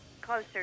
closer